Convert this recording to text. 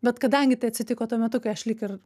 bet kadangi tai atsitiko tuo metu kai aš lyg ir